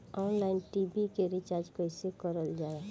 Online TV के recharge कईसे करल जाला?